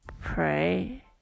pray